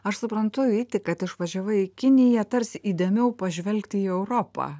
aš suprantu vyti kad išvažiavai į kiniją tarsi įdėmiau pažvelgti į europą